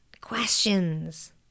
questions